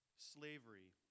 Slavery